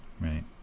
Right